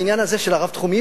העניין הזה של הרב-תחומיות,